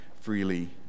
freely